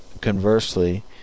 conversely